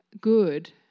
good